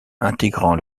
intégrant